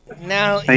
Now